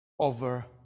Over